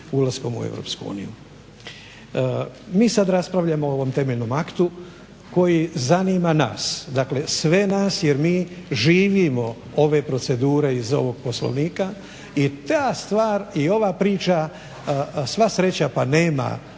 ulaskom u Europsku uniju. Mi sad raspravljamo o ovom temeljnom aktu koji zanima nas, dakle sve nas jer mi živimo ove procedure iz ovog Poslovnika i ta stvar i ova priča sva sreća pa nema